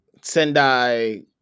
Sendai